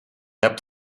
hebt